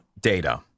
data